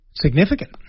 significant